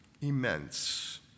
immense